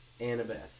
Annabeth